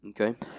Okay